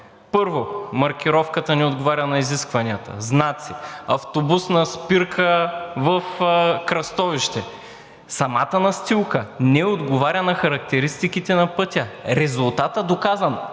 Първо, маркировката не отговаря на изискванията, знаци, автобусна спирка в кръстовище, а самата настилка не отговаря на характеристиките на пътя. Резултатът е доказан